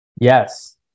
Yes